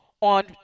on